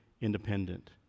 independent